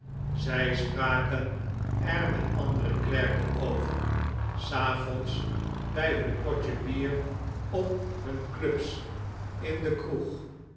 zij spraken er met andere klerken over s avonds bij hun potje bier op hun clubs in de kroeg